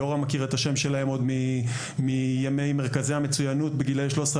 יורם מכיר את השם שלהם עוד מימי מרכזי המצויינות בגילאי 13,